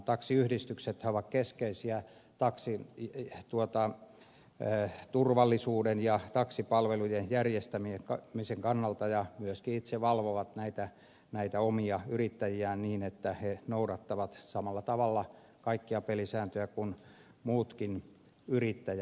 taksiyhdistyksethän ovat keskeisiä turvallisuuden ja taksipalvelujen järjestämisen kannalta ja myöskin itse valvovat näitä omia yrittäjiään niin että he noudattavat samalla tavalla kaikkia pelisääntöjä kuin muutkin yrittäjät